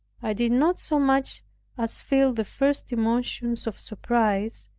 i did not so much as feel the first emotions of surprise,